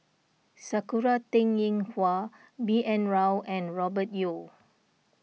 Sakura Teng Ying Hua B N Rao and Robert Yeo